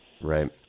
Right